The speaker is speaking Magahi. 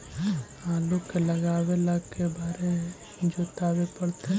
आलू के लगाने ल के बारे जोताबे पड़तै?